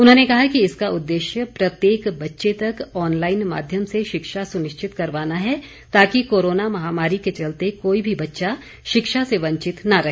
उन्होंने कहा कि इसका उदेश्य प्रत्येक बच्चे तक ऑनलाईन माध्यम से शिक्षा सुनिश्चित करवाना है ताकि कोरोना महामारी के चलते कोई भी बच्चा शिक्षा से वंचित न रहे